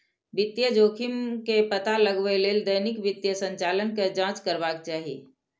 वित्तीय जोखिम के पता लगबै लेल दैनिक वित्तीय संचालन के जांच करबाक चाही